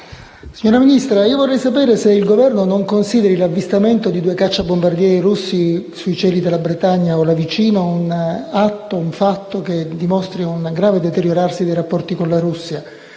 Signora Ministro, vorrei sapere se il Governo non consideri l'avvistamento di due cacciabombardieri russi sui cieli della Bretagna o là vicino un atto che dimostri un grave deteriorarsi dei rapporti con la Russia;